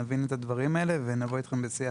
נבין את הדברים האלה ונבוא איתכם בשיח,